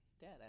Dad